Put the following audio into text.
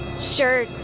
Sure